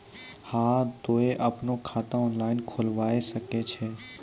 हाँ तोय आपनो खाता ऑनलाइन खोलावे सकै छौ?